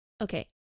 okay